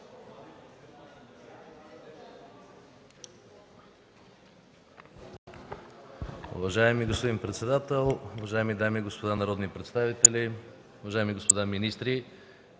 Уважаеми господин председател, дами и господа народни представители, уважаеми господа министри!